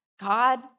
God